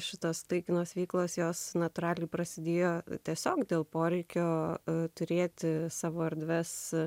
šitas tai kitos veiklos jos natūraliai prasidėjo tiesiog dėl poreikio turėti savo erdves